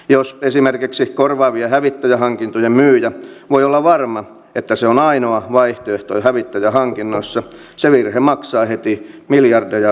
jos esimerkiksi korvaavien hävittäjähankintojen myyjä voi olla varma että se on ainoa vaihtoehto hävittäjähankinnoissa se virhe maksaa heti miljardeja euroja ylimääräistä